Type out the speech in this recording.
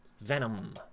Venom